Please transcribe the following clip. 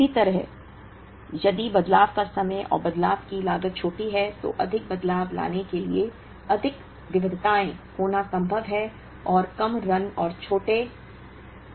इसी तरह यदि बदलाव का समय और बदलाव की लागत छोटी है तो अधिक बदलाव लाने के लिए अधिक विविधताएं होना संभव है और कम रन और छोटे T में उत्पादन करना